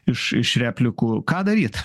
iš iš replikų ką daryt